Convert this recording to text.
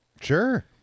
Sure